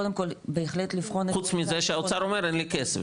קודם כל בהחלט לבחון את --- חוץ מזה שהאוצר אומר 'אין לי כסף'.